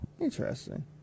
interesting